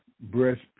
breast